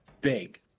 big